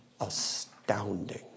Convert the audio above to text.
astounding